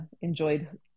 enjoyed